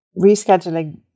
rescheduling